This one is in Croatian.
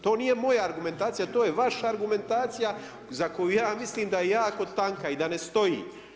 To nije moja argumentacija, to je vaša argumentacija za koju ja mislim da je jako tanka i da ne stoji.